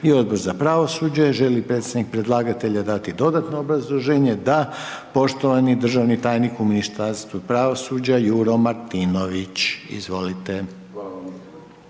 i Odbor za pravosuđe. Želi li predstavnik predlagatelja dati dodatno obrazloženje? Da. Poštovani državni tajnik u Ministarstvu pravosuđa Juro Martinović. Izvolite.